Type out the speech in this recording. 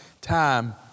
time